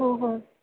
हो ह